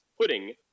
putting